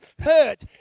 hurt